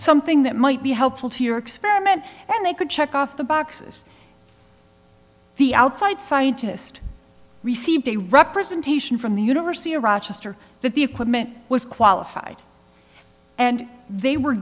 something that might be helpful to your experiment and they could check off the boxes the outside scientist received a representation from the university of rochester that the equipment was qualified and they were